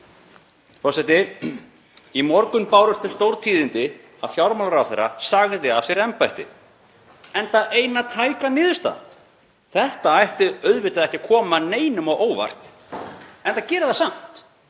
Í morgun bárust þau stórtíðindi að fjármálaráðherra sagði af sér embætti, enda eina tæka niðurstaðan. Þetta ætti auðvitað ekki að koma neinum á óvart en það gerir það samt